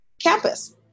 campus